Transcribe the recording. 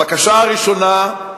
הבקשה הראשונה,